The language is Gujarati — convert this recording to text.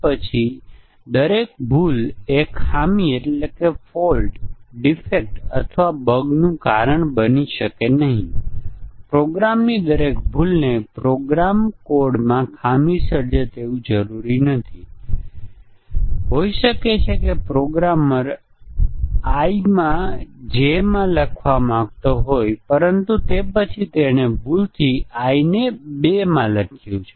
અંકગણિત ઓપરેટરોની ફેરબદલી વેરિયેબલની બદલી આ પણ એક સામાન્ય પ્રોગ્રામિંગ ભૂલ છે જ્યાં પ્રોગ્રામરે a b c લખવાને બદલે કદાચ a d c લખ્યું છે